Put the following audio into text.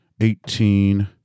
eighteen